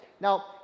Now